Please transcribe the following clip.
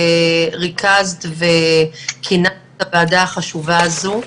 ריכזת וכינסת את הוועדה החשובה הזו.